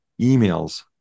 emails